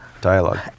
dialogue